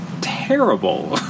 terrible